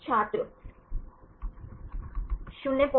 छात्र 02